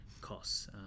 costs